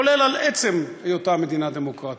כולל על עצם היותה מדינה דמוקרטית.